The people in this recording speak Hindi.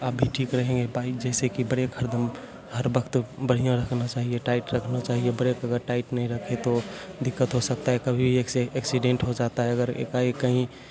आप भी ठीक रहेंगे बाइक जैसे कि बढ़िया हरदम हर वक्त बढ़िया रखना चाहिए टाइट रखना चाहिए ब्रेक अगर टाइट नहीं रखे तो दिक्कत हो सकता है कभी एक्सीडेंट हो जाता है अगर एकाएक कहीं